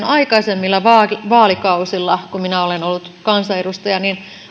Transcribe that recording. aikaisemmilla vaalikausilla kun minä olen ollut kansanedustaja